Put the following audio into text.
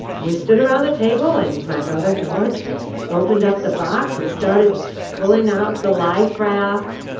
we stood around the table, and my brother george opened up the box, and started pulling out the life raft,